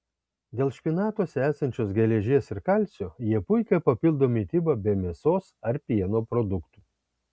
dėl špinatuose esančios geležies ir kalcio jie puikiai papildo mitybą be mėsos ar pieno produktų